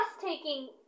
taking